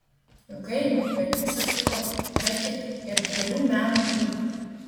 ilgainiui verkiuose sukaupta be kita ir didelių meno turtų